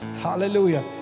Hallelujah